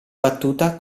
battuta